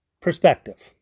perspective